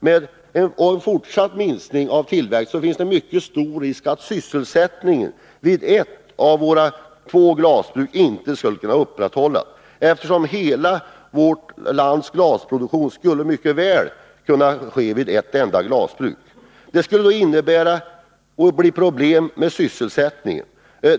Med en fortsatt minskning av tillverkningen finns mycket stor risk för att sysselsättningen vid ett av våra två glasbruk inte skulle kunna upprätthållas, eftersom hela vårt lands produktionsbehov mycket väl skulle kunna täckas av tillverkning vid ett enda glasbruk. Det skulle då inte bara bli problem med sysselsättningen.